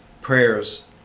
prayers